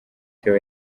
theo